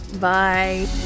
Bye